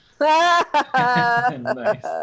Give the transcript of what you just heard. Nice